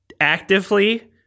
actively